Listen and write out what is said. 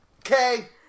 Okay